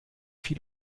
viel